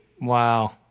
Wow